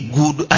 good